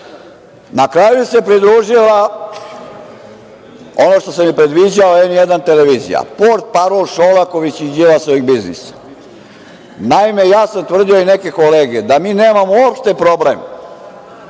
kraju se pridružila, ono što sam i predviđao N1 televizija, portparol Šolakovićevih i Đilasovih biznisa. Naime, ja sam tvrdio i neke kolege da mi nemamo problem,